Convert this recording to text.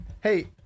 Hey